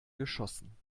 geschossen